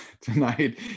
tonight